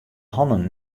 hannen